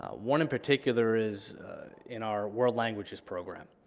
ah one in particular is in our world languages program.